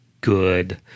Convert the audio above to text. good